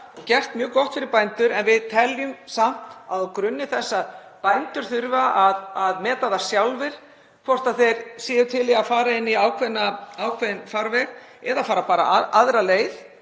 og gert mjög gott fyrir bændur en við teljum samt á grunni þessa að bændur þurfi að meta það sjálfir hvort þeir séu til í að fara inn í ákveðinn farveg eða fara bara aðra leið